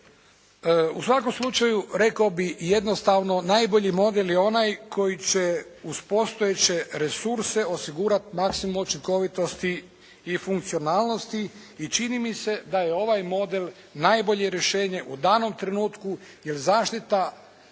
U svakom slučaju rekao bih jednostavno najbolji model je onaj koji će uz postojeće resurse osigurat maksimum učinkovitosti i funkcionalnosti. I čini mi se da je ovaj model najbolje rješenje u danom trenutku jer zaštita